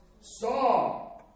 saw